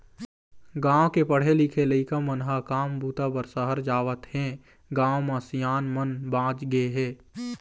गाँव के पढ़े लिखे लइका मन ह काम बूता बर सहर जावत हें, गाँव म सियान मन बाँच गे हे